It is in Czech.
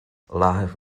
láhev